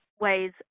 ways